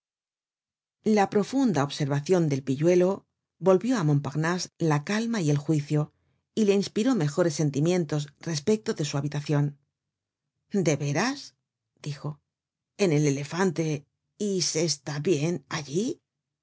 la profunda observacion del pilludo volvió á montparnase la calma y el juicio y le inspiró mejores sentimientos respecto de su habitacion de veras dijo en el elefante yse está bien allí